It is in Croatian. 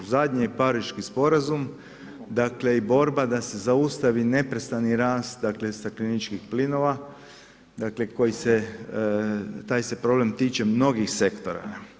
Zadnje je Pariški sporazum, dakle i borba da se zaustavi neprestani rast dakle stakleničkih plinova, dakle koji se, taj se problem tiče mnogih sektora.